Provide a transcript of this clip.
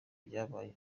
byabaye